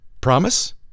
Promise